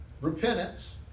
repentance